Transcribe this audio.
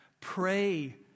Pray